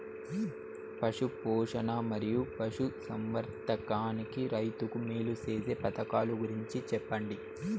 పశు పోషణ మరియు పశు సంవర్థకానికి రైతుకు మేలు సేసే పథకాలు గురించి చెప్పండి?